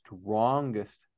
strongest